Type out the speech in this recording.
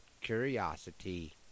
curiosity